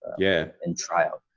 yeah. and trial.